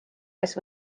kes